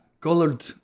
colored